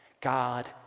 God